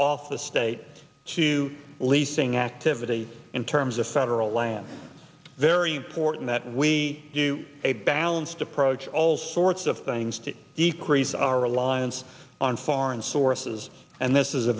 off the states to leasing activity in terms of federal land very important that we do a balanced approach all sorts of things to decrease our reliance on foreign sources and this is a